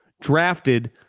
drafted